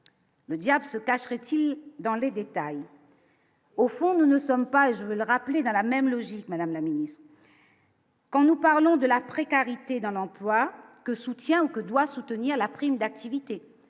le diable se cacherait-il dans les détails. Au fond, nous ne sommes pas, je veux le rappeler dans la même logique, Madame la Ministre. Quand nous parlons de la précarité dans l'emploi que soutient que doit se tenir la prime d'activité,